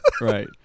Right